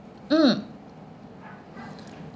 mm